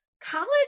College